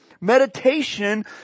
Meditation